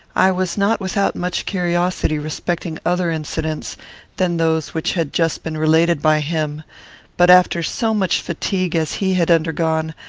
i was not without much curiosity respecting other incidents than those which had just been related by him but, after so much fatigue as he had undergone,